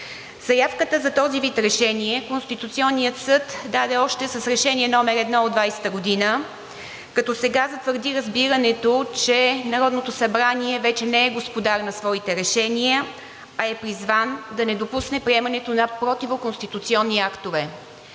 Заявката за този вид решение Конституционният съд даде още с Решение № 1 от 2020 г., като сега затвърди разбирането, че Народното събрание вече не е господар на своите решения, а е призван да не допусне приемането на противоконституционни актове.